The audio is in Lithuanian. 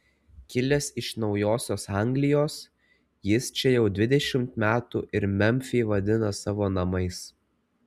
kilęs iš naujosios anglijos jis čia jau dvidešimt metų ir memfį vadina savo namais